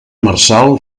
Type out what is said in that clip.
marçal